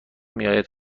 میاید